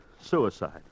Suicide